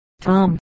Tom